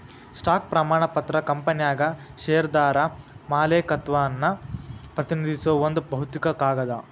stock ಪ್ರಮಾಣ ಪತ್ರ ಕಂಪನ್ಯಾಗ ಷೇರ್ದಾರ ಮಾಲೇಕತ್ವವನ್ನ ಪ್ರತಿನಿಧಿಸೋ ಒಂದ್ ಭೌತಿಕ ಕಾಗದ